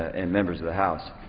and members of the house.